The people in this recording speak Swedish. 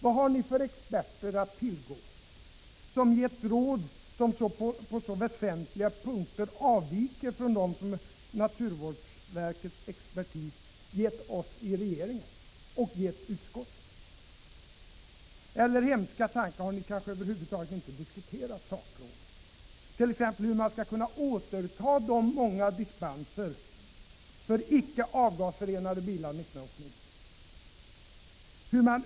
Vad har ni haft för experter att tillgå — som gett råd som på så väsentliga punkter avviker från dem som exempelvis naturvårdsverkets expertis gett oss i regeringen och utskottet? Eller — hemska tanke — har ni kanske över huvud taget inte diskuterat sakfrågan? T. ex.: Hur skall man kunna återta de många dispenserna för icke avgasrenade bilar 1989?